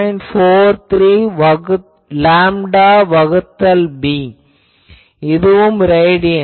43 lambda வகுத்தல் b ரேடியனில்